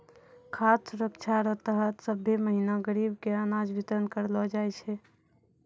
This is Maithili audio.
खाद सुरक्षा रो तहत सभ्भे महीना गरीब के अनाज बितरन करलो जाय छै